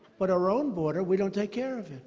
but our own border, we don't take care of it.